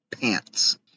pants